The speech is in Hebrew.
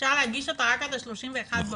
אפשר להגיש אותן רק עד ה-31 לאוקטובר.